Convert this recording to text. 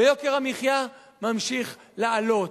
ויוקר המחיה ממשיך לעלות.